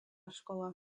škola